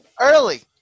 early